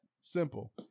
simple